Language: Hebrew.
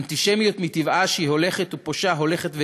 אנטישמיות, מטבעה שהיא הולכת ופושה, הולכת וגואה.